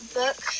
book